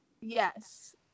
yes